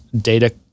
data